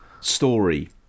story